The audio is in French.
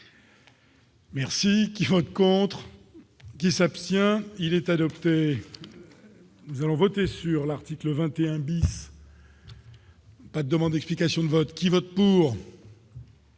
Merci qui contre. Qui s'abstient, il est adopté, nous allons voter sur l'article 21. La demande explication de vote qui vote pour.